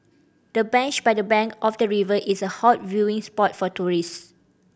the bench by the bank of the river is a hot viewing spot for tourist